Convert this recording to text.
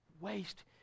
waste